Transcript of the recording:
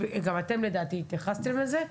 גם אתם לדעתי התייחסתם לזה,